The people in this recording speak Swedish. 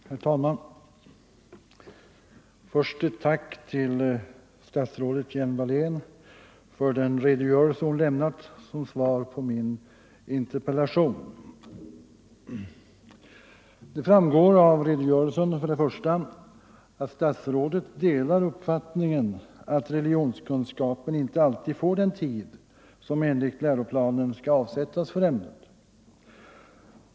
Herr talman! Först ett tack till statsrådet Hjelm-Wallén för den redogörelse hon lämnat som svar på min interpellation. För det första framgår det av redogörelsen att statsrådet delar uppfattningen att religionskunskapen inte alltid får den tid som enligt läroplanen skall avsättas för ämnet.